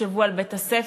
תחשבו על בית-הספר,